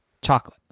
chocolate